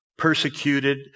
persecuted